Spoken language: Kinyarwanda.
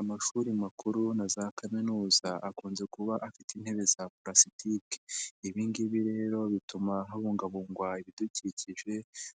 Amashuri makuru na za Kaminuza akunze kuba afite intebe za parasitike. Ibi ngibi rero bituma habungabungwa ibidukikije